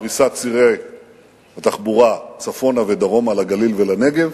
פריסת צירי התחבורה צפונה ודרומה לגליל ולנגב,